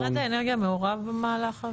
משרד האנרגיה מעורב בדבר הזה?